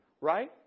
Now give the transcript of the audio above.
right